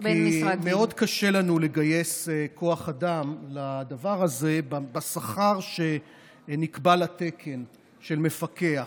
כי מאוד קשה לנו לגייס כוח אדם לדבר הזה בשכר שנקבע לתקן של מפקח.